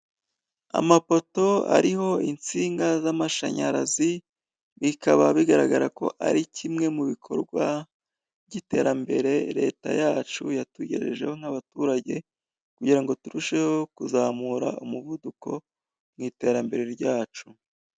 Amapoto ariho insinga z'amashanyarazi bikaba bigaragara ko ari kimwe mu bikorwa by'iterambere leta yacu yatugejejeho nk'abaturage kugira ngo turusheho kuzamura umuvuduko mu iterambere ryacu.